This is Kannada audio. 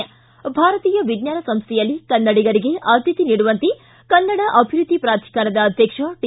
ಿ ಭಾರತೀಯ ವಿಜ್ವಾನ ಸಂಸ್ಥೆಯಲ್ಲಿ ಕನ್ನಡಿಗರಿಗೆ ಆದ್ಯತೆ ನೀಡುವಂತೆ ಕನ್ನಡ ಅಭಿವೃದ್ಧಿ ಪ್ರಾಧಿಕಾರದ ಅಧ್ಯಕ್ಷ ಟಿ